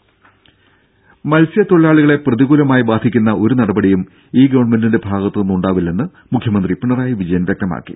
ടെട മത്സ്യത്തൊഴിലാളികളെ പ്രതികൂലമായി ബാധിക്കുന്ന ഒരു നടപടിയും ഈ ഗവൺമെന്റിന്റെ ഭാഗത്തുനിന്നുണ്ടാവില്ലെന്ന് മുഖ്യമന്ത്രി പിണറായി വിജയൻ വ്യക്തമാക്കി